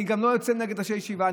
אני גם לא אצא נגד ראשי ישיבה.